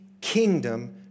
kingdom